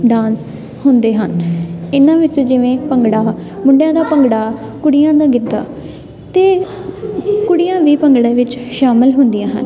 dance ਹੁੰਦੇ ਹਨ ਇਹਨਾਂ ਵਿੱਚ ਜਿਵੇਂ ਭੰਗੜਾ ਮੁੰਡਿਆਂ ਦਾ ਭੰਗੜਾ ਕੁੜੀਆਂ ਦਾ ਗਿੱਧਾ ਅਤੇ ਕੁੜੀਆਂ ਵੀ ਭੰਗੜੇ ਵਿੱਚ ਸ਼ਾਮਿਲ ਹੁੰਦੀਆਂ ਹਨ